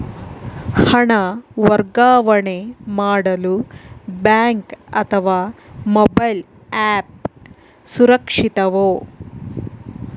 ಹಣ ವರ್ಗಾವಣೆ ಮಾಡಲು ಬ್ಯಾಂಕ್ ಅಥವಾ ಮೋಬೈಲ್ ಆ್ಯಪ್ ಸುರಕ್ಷಿತವೋ?